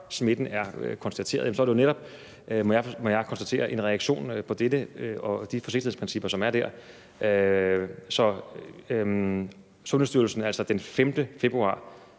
smitten er konstateret, så er det jo netop, må jeg konstatere, en reaktion på dette og de forsigtighedsprincipper, som er der. Sundhedsstyrelsen gjorde den 5. februar,